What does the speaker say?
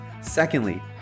Secondly